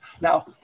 Now